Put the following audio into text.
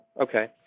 okay